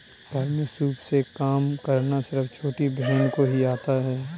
घर में सूप से काम करना सिर्फ छोटी बहन को ही आता है